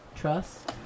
trust